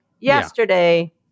yesterday